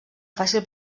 fàcil